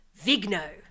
Vigno